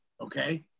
okay